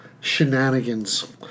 shenanigans